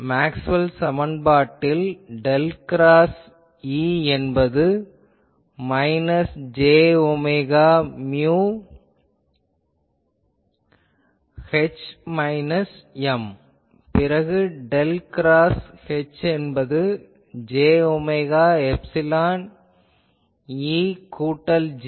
Maxwell சமன்பாட்டில் del cross E என்பது minus j omega mu H minus M பிறகு del cross H என்பது j omega epsilon E கூட்டல் J